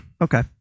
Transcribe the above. Okay